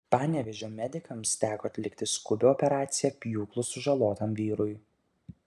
panevėžio medikams teko atlikti skubią operaciją pjūklu sužalotam vyrui